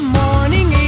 morning